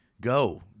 go